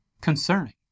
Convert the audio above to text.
concerning